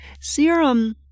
Serum